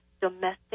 domestic